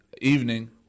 evening